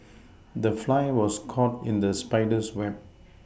the fly was caught in the spider's web